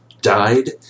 died